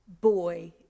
boy